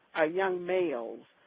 ah young males,